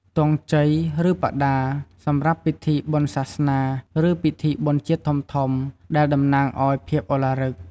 ទង់ជ័យ ឬបដា សម្រាប់ពិធីបុណ្យសាសនា ឬពិធីបុណ្យជាតិធំៗ ដែលតំណាងឲ្យភាពឱឡារិក។